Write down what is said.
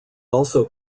also